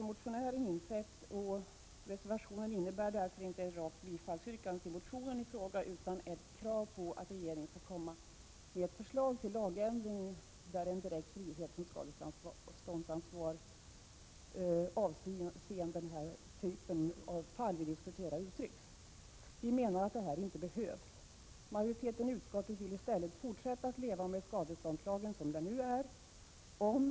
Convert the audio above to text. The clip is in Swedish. Motionären har också insett detta, och reservationen innebär därför inte ett rakt bifallsyrkande till motionen i fråga utan ett krav på att regeringen skall komma med ett förslag till lagändring, där en direkt frihet från skadeståndsansvar i den typ av fall vi diskuterar uttrycks. Vi menar att detta inte behövs. Majoriteten i utskottet vill i stället fortsätta att leva med skadeståndslagen som den nu är utformad.